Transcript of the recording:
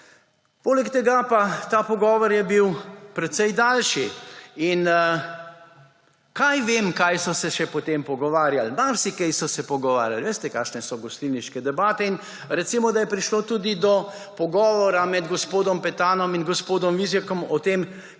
Poleg tega pa je ta pogovor bil precej daljši in kaj vem, kaj so se še potem pogovarjali. Marsikaj so se pogovarjali, saj veste, kakšne so gostilniške debate, in recimo, da je prišlo tudi do pogovora med gospodom Petanom in gospodom Vizjakom o tem,